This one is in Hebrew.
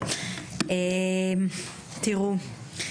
תראו,